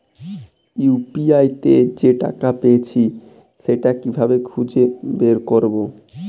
UPI তে যে টাকা পেয়েছি সেটা কিভাবে খুঁজে বের করবো?